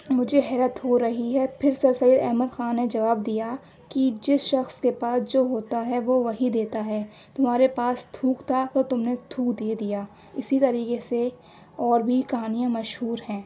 مجھے حیرت ہو رہی ہے پھر سر سید احمد خاں نے جواب دیا کہ جس شخص کے پاس جو ہوتا ہے وہ وہی دیتا ہے تمہارے پاس تھوک تھا تو تم نے تھوک دے دیا اسی طریقے سے اور بھی کہانیاں مشہور ہیں